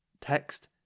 text